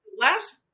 last